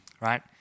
right